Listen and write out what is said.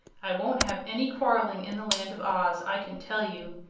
i won't have any quarrelling in the land of oz, i can tell you!